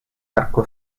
arco